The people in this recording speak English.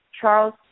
Charles